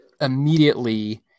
immediately